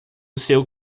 seu